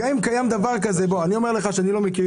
אני אומר לך שאני לא מכיר.